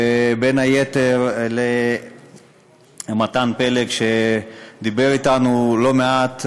ובין היתר את מתן פלג, שדיבר אתנו לא מעט.